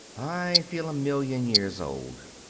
i feel a million years old.